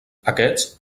aquests